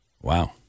Wow